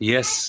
Yes